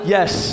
Yes